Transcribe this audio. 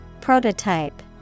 Prototype